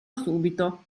subito